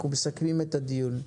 אנחנו מסכמים את הדיון.